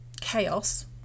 chaos